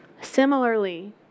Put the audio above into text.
Similarly